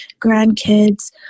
grandkids